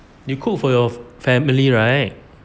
you cook for your family right